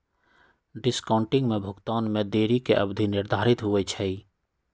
discounting में भुगतान में देरी के अवधि निर्धारित होइ छइ